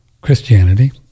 Christianity